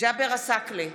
ג'אבר עסאקלה,